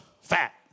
fat